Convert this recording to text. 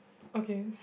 okay